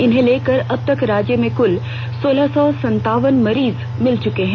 इन्हें लेकर अब तक राज्य में कृल सोलह सौ संतावन मरीज मिल चुके हैं